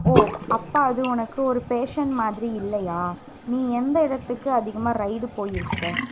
ஓ அப்போ அது உனக்கு ஒரு பேஷன் மாதிரி இல்லையா நீ எந்த இடத்துக்கு அதிகமாக ரைடு போயிருக்க